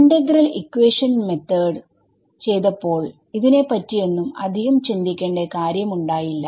integral equation method ചെയ്തപ്പോൾ ഇതിനെ പറ്റിയൊന്നും അധികം ചിന്ദിക്കേണ്ട കാര്യം ഉണ്ടായില്ല